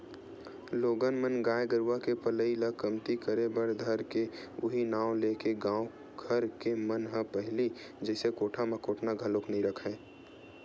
लोगन मन गाय गरुवा के पलई ल कमती करे बर धर ले उहीं नांव लेके गाँव घर के मन ह पहिली जइसे कोठा म कोटना घलोक नइ रखय